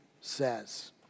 says